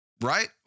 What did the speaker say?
Right